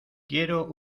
quiero